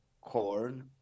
corn